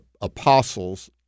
apostles